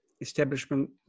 establishment